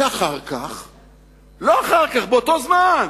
ואחר כך, לא אחר כך, באותו זמן,